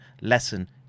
lesson